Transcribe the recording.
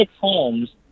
homes